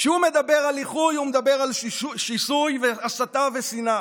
כשהוא מדבר על איחוי הוא מדבר על שיסוי והסתה ושנאה.